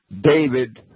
David